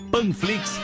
Panflix